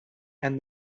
and